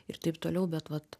ir taip toliau bet vat